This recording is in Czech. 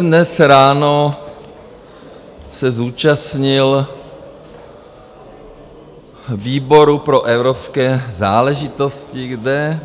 Dnes ráno jsem se zúčastnil výboru pro evropské záležitosti, kde